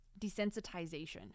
desensitization